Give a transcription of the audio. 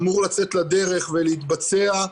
אמור לצאת לדרך ולהתבצע.